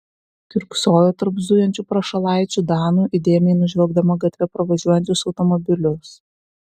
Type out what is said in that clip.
kiurksojo tarp zujančių prašalaičių danų įdėmiai nužvelgdama gatve pravažiuojančius automobilius